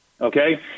Okay